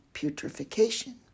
putrefaction